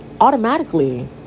Automatically